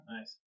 Nice